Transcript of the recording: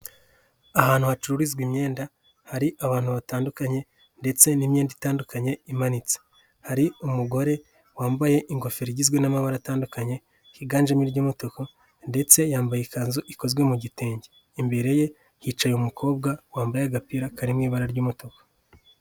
Ahantu hacururizwa imyenda, hari abantu batandukanye ndetse n'imyenda itandukanye imanitse, hari umugore wambaye ingofero igizwe n'amabara atandukanye, higanjemo iry'umutuko ndetse yambaye ikanzu ikozwe mu gitenge, imbere ye hicaye umukobwa wambaye agapira kari mu ibara ry'umutuku.